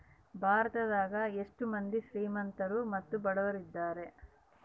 ಭಾರತದಗ ಎಷ್ಟ ಮಂದಿ ಶ್ರೀಮಂತ್ರು ಮತ್ತೆ ಬಡವರಿದ್ದಾರೆ?